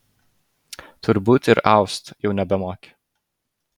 turbūt ir aust jau nebemoki